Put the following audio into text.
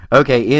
okay